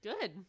good